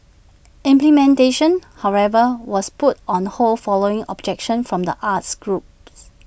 implementation however was put on hold following objection from the arts groups